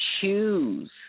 choose